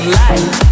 life